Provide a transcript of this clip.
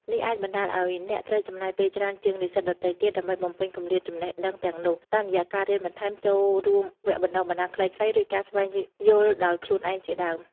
នេះអាចបណ្តាលឱ្យអ្នកត្រូវចំណាយពេលច្រើនជាងនិស្សិតដទៃទៀត ដើម្បីបំពេញគម្លាតចំណេះដឹងទាំងនោះ តាមរយៈការរៀនបន្ថែម ចូលរួមវគ្គបណ្តុះបណ្តាលខ្លីៗ ឬការស្វែងយល់ដោយខ្លួនឯងជាដើម។